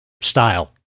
style